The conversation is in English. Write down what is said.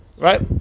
Right